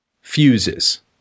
fuses